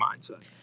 mindset